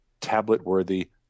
tablet-worthy